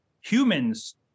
humans